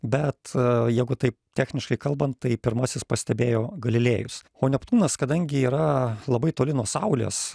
bet jeigu taip techniškai kalbant tai pirmasis pastebėjo galilėjus o neptūnas kadangi yra labai toli nuo saulės